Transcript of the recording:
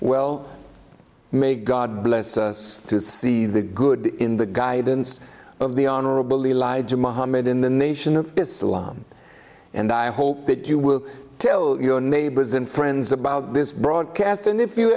well may god bless us to see the good in the guidance of the honorable elijah muhammad in the nation of islam and i hope that you will tell your neighbors and friends about this broadcast and if you